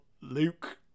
Luke